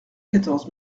quatorze